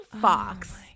fox